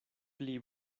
pli